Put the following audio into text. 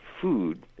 food